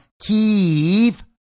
Kiev